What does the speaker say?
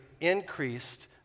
increased